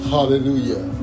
Hallelujah